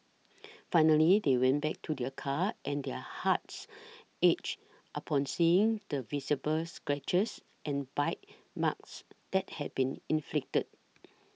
finally they went back to their car and their hearts ached upon seeing the visible scratches and bite marks that had been inflicted